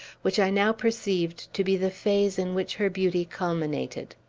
which i now perceived to be the phase in which her beauty culminated.